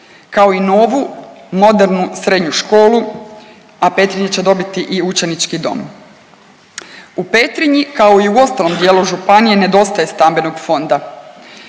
kao i novu modernu srednju školu, a Petrinja će dobiti i učenički dom. U Petrinji kao i u ostalom dijelu županije nedostaje stambenog fonda.